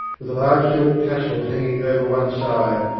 with a large silk tassel hanging over one side,